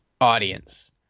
audience